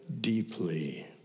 deeply